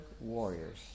warriors